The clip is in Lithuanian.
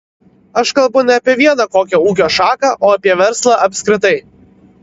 aš kalbu ne apie vieną kokią ūkio šaką o apie verslą apskritai